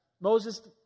Moses